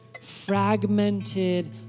fragmented